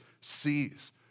sees